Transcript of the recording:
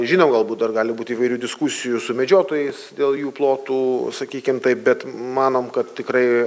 žinom galbūt dar gali būti įvairių diskusijų su medžiotojais dėl jų plotų sakykim taip bet manom kad tikrai